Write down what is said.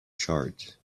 chart